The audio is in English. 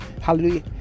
hallelujah